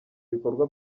ibikorwa